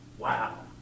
Wow